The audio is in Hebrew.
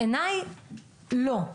בעיניי לא.